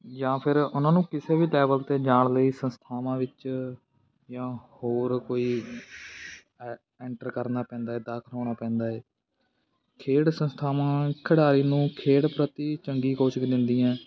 ਜਾਂ ਫਿਰ ਉਹਨਾਂ ਨੂੰ ਕਿਸੇ ਵੀ ਲੈਵਲ 'ਤੇ ਜਾਣ ਲਈ ਸੰਸਥਾਵਾਂ ਵਿੱਚ ਜਾਂ ਹੋਰ ਕੋਈ ਐ ਐਂਟਰ ਕਰਨਾ ਪੈਂਦਾ ਦਾਖਲ ਹੋਣਾ ਪੈਂਦਾ ਏ ਖੇਡ ਸੰਸਥਾਵਾਂ ਖਿਡਾਰੀ ਨੂੰ ਖੇਡ ਪ੍ਰਤੀ ਚੰਗੀ ਕੋਚਿੰਗ ਦਿੰਦੀਆਂ